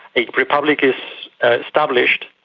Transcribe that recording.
a republic is established,